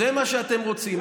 זה מה שאתם רוצים.